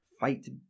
Fight